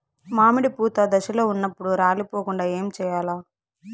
మామిడి పూత దశలో ఉన్నప్పుడు రాలిపోకుండ ఏమిచేయాల్ల?